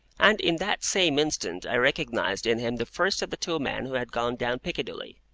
and in that same instant i recognised in him the first of the two men who had gone down piccadilly.